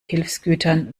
hilfsgütern